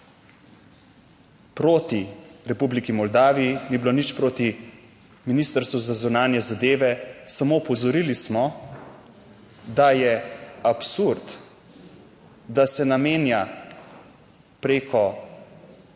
proti Republiki Moldaviji, ni bilo nič proti Ministrstvu za zunanje zadeve, samo opozorili smo, da je absurd, da se namenja preko